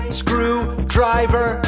screwdriver